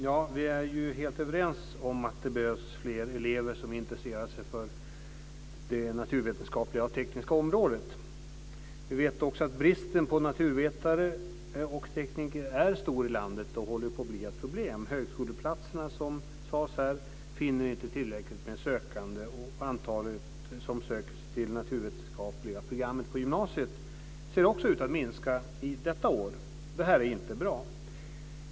Fru talman! Vi är helt överens om att det behövs fler elever som intresserar sig för det naturvetenskapliga och tekniska området. Vi vet också att bristen på naturvetare och tekniker är stor i landet och håller på att bli ett problem. Högskoleplatserna, som sades här, finner inte tillräckligt med sökande. Antalet som söker sig till det naturvetenskapliga programmet på gymnasiet ser också ut att minska detta år. Det här är inte bra.